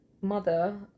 mother